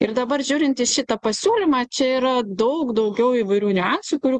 ir dabar žiūrint į šitą pasiūlymą čia yra daug daugiau įvairių niuansų kurių